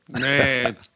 Man